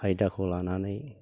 आयदाखौ लानानै